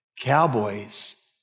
Cowboys